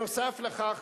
נוסף על כך,